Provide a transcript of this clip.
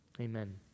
amen